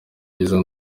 byiza